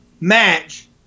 match